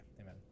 Amen